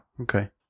Okay